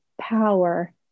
power